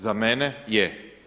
Za mene je.